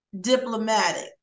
diplomatic